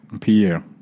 Pierre